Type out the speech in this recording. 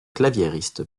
claviériste